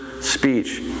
speech